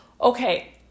okay